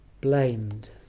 blamed